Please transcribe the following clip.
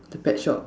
the pet shop